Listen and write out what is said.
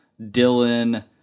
Dylan